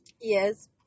Yes